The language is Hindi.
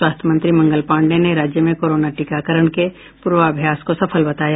स्वास्थ्य मंत्री मंगल पाण्डेय ने राज्य में कोरोना टीकाकरण के पूर्वाभ्यास को सफल बताया